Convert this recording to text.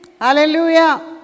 Hallelujah